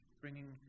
bringing